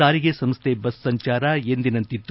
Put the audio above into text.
ಸಾರಿಗೆ ಸಂಸ್ಥೆ ಬಸ್ ಸಂಜಾರ ಎಂದಿನಂತಿತ್ತು